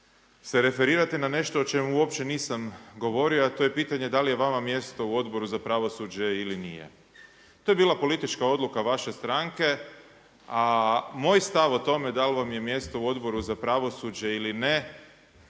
se referirate na nešto o čemu uopće nisam govorio, a to je pitanje da li je vama mjesto u Odboru za pravosuđe ili nije. To je bila politička odluka vaše stranke, a moj stav o tome da li vam je mjesto u Odboru za pravosuđe ili ne